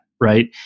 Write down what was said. right